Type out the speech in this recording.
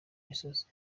misozi